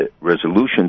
resolutions